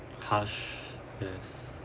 harsh yes